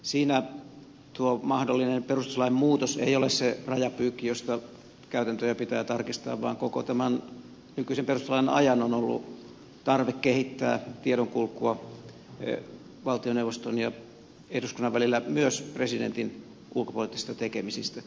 siinä tuo mahdollinen perustuslain muutos ei ole se rajapyykki josta käytäntöjä pitää tarkistaa vaan koko tämän nykyisen perustuslain ajan on ollut tarve kehittää tiedonkulkua valtioneuvoston ja eduskunnan välillä myös presidentin ulkopoliittisista tekemisistä